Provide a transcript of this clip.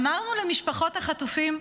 אמרנו למשפחות החטופים: